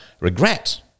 regret